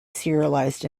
serialized